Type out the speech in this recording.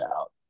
out